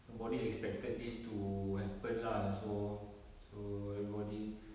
nobody expected this to happen lah so so everybody